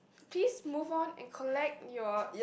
please move on and collect your